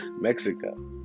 Mexico